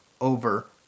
over